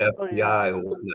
FBI